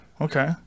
Okay